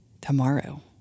tomorrow